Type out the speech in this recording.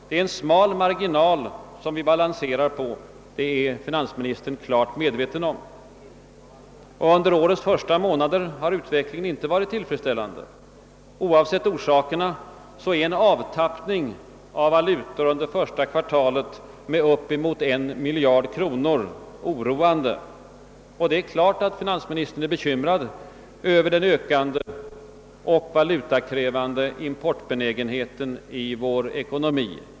Det är en smal marginal som vi balanserar på. Det är finansministern klart medveten om. Under årets första månader har utvecklingen inte varit tillfredsställande. Oavsett orsakerna är en avtappning av valutor under första kvartalet med upp emot en miljard kronor oroande. Det är klart att finansministern är bekymrad över den ökande och valutakrävande importbenägenheten i vår ekonomi.